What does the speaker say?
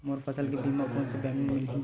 मोर फसल के बीमा कोन से बैंक म मिलही?